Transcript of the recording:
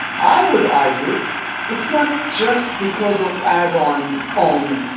i would argue it's not just because of erdogan's own,